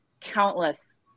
countless